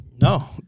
No